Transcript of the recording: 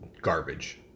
garbage